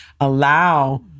allow